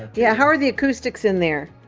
yeah, how are the acoustics in there?